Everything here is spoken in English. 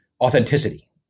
authenticity